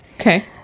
Okay